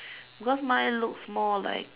because mine looks more like